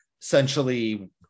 essentially